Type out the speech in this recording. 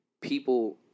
people